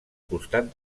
costat